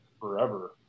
forever